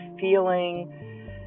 feeling